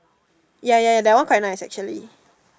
ya ya that one quite nice actually